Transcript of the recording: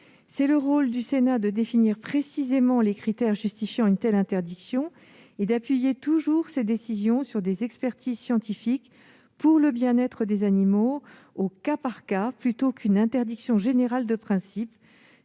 C'est le rôle du Sénat de définir précisément les critères justifiant une telle interdiction et de fonder toujours ses décisions sur des expertises scientifiques, pour le bien-être des animaux, au cas par cas, plutôt que de formuler une interdiction générale de principe.